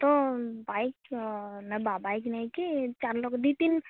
ତ ବାଇକ୍ ନବା ବାଇକ ନେଇକି ଚାରି ଲୋକ ଦୁଇ ତିନି